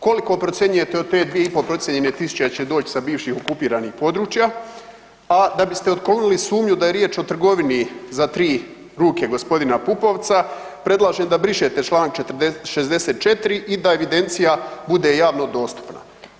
Koliko procjenjujete od te dvije i pol procijenjene tisuće da će doći sa bivšim okupiranih područja, a da biste otklonili sumnju da je riječ o trgovini za tri ruke gospodina Pupovca predlažem da brišete članak 64. i da evidencija bude javno dostupna.